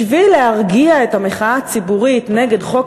בשביל להרגיע את המחאה הציבורית נגד חוק